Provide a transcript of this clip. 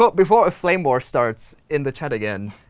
but before a flame-war starts in the chat again,